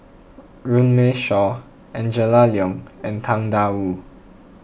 Runme Shaw Angela Liong and Tang Da Wu